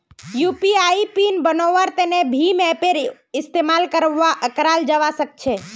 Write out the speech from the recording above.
UPI PIN बन्वार तने भीम ऐपेर इस्तेमाल कराल जावा सक्छे